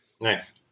Nice